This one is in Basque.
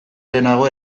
lehenago